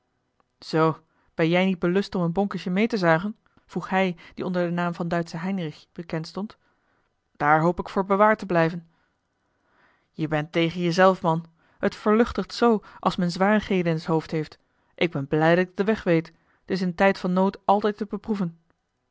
zoo ben jij niet belust om een bonkesje meê te zuigen vroeg hij die onder den naam van duitsche heinrich bekend stond daar hoop ik voor bewaard te blijven je bent tegen je zelf man het verluchtigt zoo als men zwarigheden in t hoofd heeft ik ben blij dat ik den weg weet t is in tijd van nood altijd te beproeven